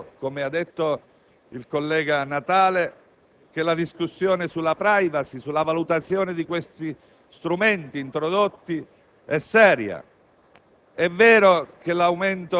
È vero - come ha detto il collega Ripamonti - che la discussione sulla*privacy*, sulla valutazione di questi strumenti introdotti, è seria.